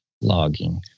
logging